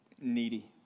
needy